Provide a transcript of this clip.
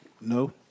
No